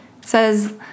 says